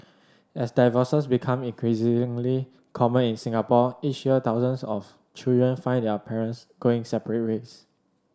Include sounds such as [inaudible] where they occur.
as divorces become [unintelligible] common in Singapore each year thousands of children find their parents going separate ways